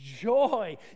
joy